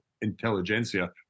intelligentsia